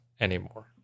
anymore